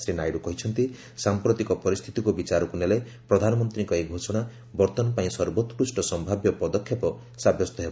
ଶ୍ରୀ ନାଇଡୁ କହିଛନ୍ତି ସାମ୍ପ୍ରତିକ ପରିସ୍ଥିତିକୁ ବିଚାରକୁ ନେଲେ ପ୍ରଧାନମନ୍ତ୍ରୀଙ୍କ ଏହି ଘୋଷଣା ବର୍ଭମାନପାଇଁ ସର୍ବୋକୃଷ୍ଣ ସମ୍ଭାବ୍ୟ ପଦକ୍ଷେପ ସାବ୍ୟସ୍ତ ହେବ